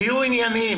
תהיו ענייניים.